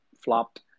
flopped